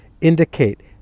indicate